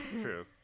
True